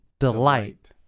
Delight